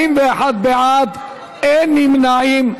41 בעד, אין נמנעים.